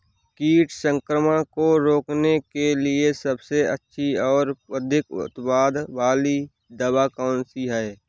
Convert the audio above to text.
कीट संक्रमण को रोकने के लिए सबसे अच्छी और अधिक उत्पाद वाली दवा कौन सी है?